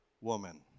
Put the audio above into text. Woman